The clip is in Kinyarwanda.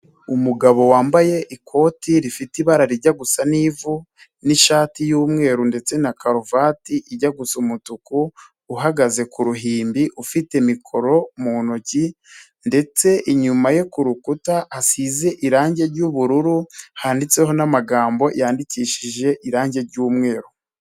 Umugabo wambaye ikoti rifite ibara rijya gusa n'ivu, n'ishati y'umweru ndetse na karuvati ijya gusa umutuku, uhagaze ku ruhimbi ufite Mikoro mu ntoki, ndetse inyuma ye ku rukuta hasize irangi ry'ubururu, handitseho n'amagambo yandikishije irangi ry'umweru.